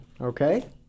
Okay